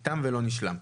תם ולא נשלם.